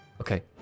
Okay